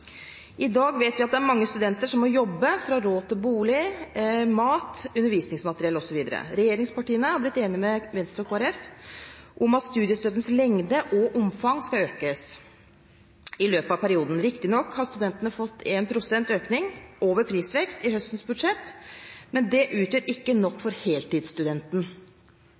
I dag vet vi at det er mange studenter som må jobbe for å ha råd til bolig, mat, undervisningsmateriell osv. Regjeringspartiene er blitt enige med Venstre og Kristelig Folkeparti om at studiestøttens lengde og omfang skal økes i løpet av perioden. Riktignok har studentene fått 1 pst. økning over prisvekst i høstens budsjett, men det utgjør ikke nok for heltidsstudenten.